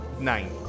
Nine